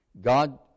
God